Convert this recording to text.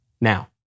now